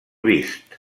vist